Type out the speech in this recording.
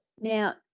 Now